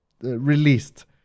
released